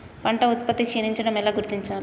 పంట ఉత్పత్తి క్షీణించడం ఎలా గుర్తించాలి?